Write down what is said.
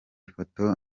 foto